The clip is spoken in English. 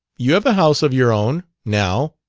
you have a house of your own, now.